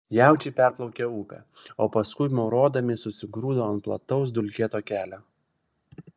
jaučiai perplaukė upę o paskui maurodami susigrūdo ant plataus dulkėto kelio